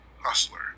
hustler